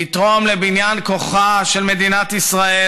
לתרום לבניין כוחה של מדינת ישראל,